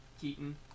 Keaton